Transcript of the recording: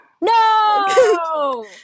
No